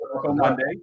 Monday